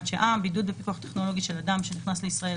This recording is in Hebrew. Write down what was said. שעה) (בידוד בפיקוח טכנולוגי של אדם שנכנס לישראל),